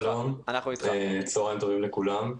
שלום, צהריים טובים לכולם.